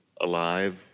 alive